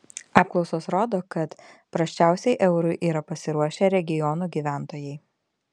apklausos rodo kad prasčiausiai eurui yra pasiruošę regionų gyventojai